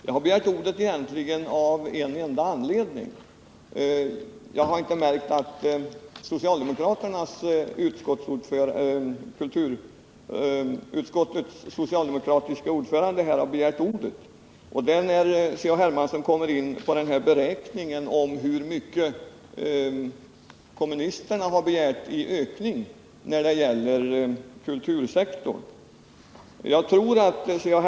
Jag har egentligen begärt ordet bara av en enda anledning: jag har inte märkt att kulturutskottets socialdemokratiske ordförande här har begärt ordet sedan C.-H. Hermansson kom in på beräkningen av hur mycket kommunisterna har begärt i ökning när det gäller kultursektorn. Jag tror att C.-H.